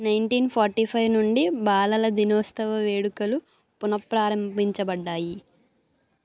nineteen forty five నుండి బాలల దినోత్సవ వేడుకలు పునఃప్రారంభించబడ్డాయి